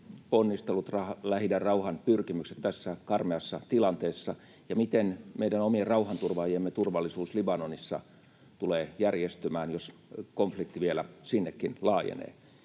rauhanponnistelut, Lähi-idän rauhanpyrkimykset tässä karmeassa tilanteessa ja miten meidän omien rauhanturvaajiemme turvallisuus Libanonissa tulee järjestymään, jos konflikti vielä sinnekin laajenee?